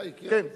כן,